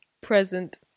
present